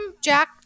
Jack